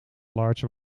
large